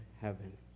heaven